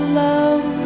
love